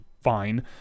fine